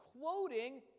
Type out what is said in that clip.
quoting